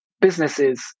businesses